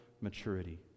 maturity